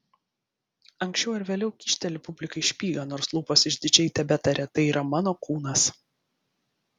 anksčiau ar vėliau kyšteli publikai špygą nors lūpos išdidžiai tebetaria tai yra mano kūnas